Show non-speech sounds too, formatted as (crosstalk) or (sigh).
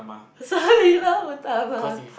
Sang Nila Utama (laughs)